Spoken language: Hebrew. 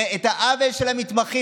את העוול של המתמחים,